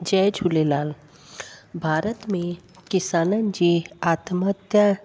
जय झूलेलाल भारत में किसाननि जी आत्महत्या